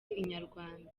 inyarwanda